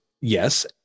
Yes